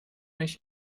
mich